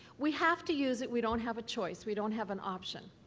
we have to use it. we don't have a choice. we don't have an option,